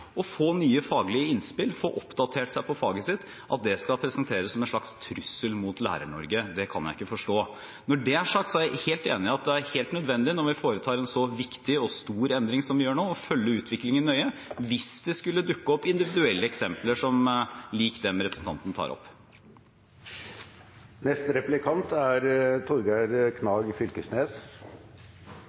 og få nye faglige innspill, få oppdatert seg på faget sitt – at det skal presenteres som en slags trussel mot Lærer-Norge, kan jeg ikke forstå. Når det er sagt, er jeg helt enig i at det er helt nødvendig når vi foretar en så viktig og stor endring som vi gjør nå, å følge utviklingen nøye – hvis det skulle dukke opp individuelle eksempler lik dem representanten tar opp. Kunnskapsministeren seier at det er